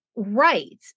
Right